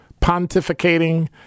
pontificating